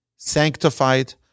sanctified